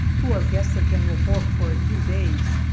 who are guests of general bourke for a few days.